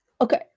Okay